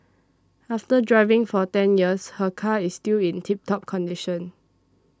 after driving for ten years her car is still in tip top condition